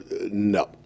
no